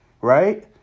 right